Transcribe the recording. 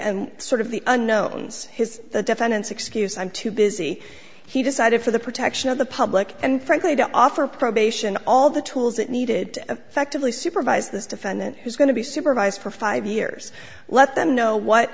and sort of the unknowns his the defendant's excuse i'm too busy he decided for the protection of the public and frankly to offer probation all the tools that needed affectively supervised this defendant who's going to be supervised for five years let them know what